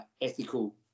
ethical